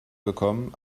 bekommen